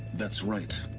that's right